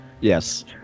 yes